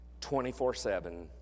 24-7